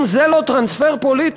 אם זה לא טרנספר פוליטי,